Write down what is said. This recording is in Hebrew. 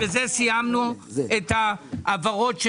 בזה סיימנו את ההעברות.